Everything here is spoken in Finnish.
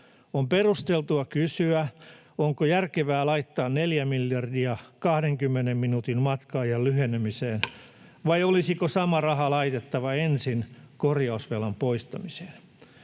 On perusteltua kysyä, onko järkevää laittaa 4 miljardia 20 minuutin matka-ajan lyhenemiseen vai olisiko sama raha laitettava ensin korjausvelan poistamiseen.